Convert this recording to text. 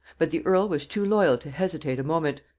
but the earl was too loyal to hesitate a moment.